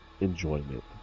enjoyment